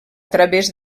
través